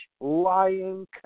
lying